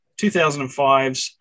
2005's